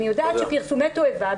אני יודעת שפרסומי תועבה,